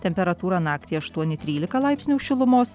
temperatūra naktį aštuoni trylika laipsnių šilumos